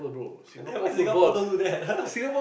then why Singapore don't do that